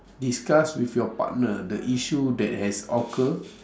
discuss with your partner the issue that has occur